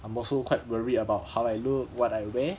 I'm also quite worried about how I look what I wear